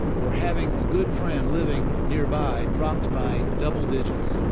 or having a good friend living nearby dropped by double digits.